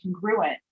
congruent